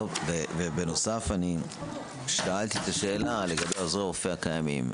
בנוסף שאלתי את השאלה לגבי עוזרי הרופא הקיימים.